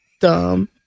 dumb